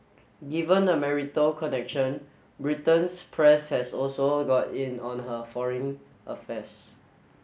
given the marital connection Britain's press has also got in on her foreign affairs